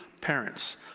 parents